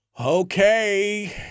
okay